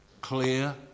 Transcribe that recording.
clear